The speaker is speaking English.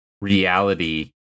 reality